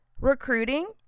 recruiting